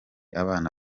abana